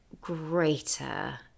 greater